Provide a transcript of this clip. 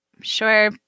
sure